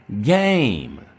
Game